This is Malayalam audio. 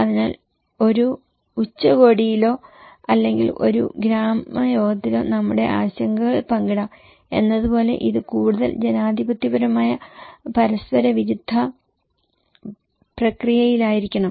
അതിനാൽ ഒരു ഉച്ചകോടിയിലോ അല്ലെങ്കിൽ ഒരു ഗ്രാമയോഗത്തിലോ നമ്മുടെ ആശങ്കകൾ പങ്കിടാം എന്നതുപോലെ ഇത് കൂടുതൽ ജനാധിപത്യപരമായ പരസ്പരവിരുദ്ധ പ്രക്രിയയിലായിരിക്കണം